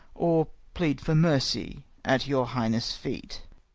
or plead for mercy at your highness' feet.